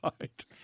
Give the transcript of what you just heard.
Right